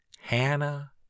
Hannah